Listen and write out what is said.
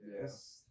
Yes